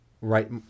right